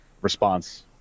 response